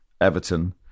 Everton